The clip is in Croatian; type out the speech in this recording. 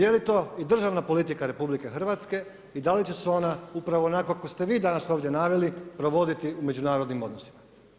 Je li to i državna politika RH i da li će se ona upravo onako kako ste vi danas ovdje naveli, provoditi u međunarodnim odnosima?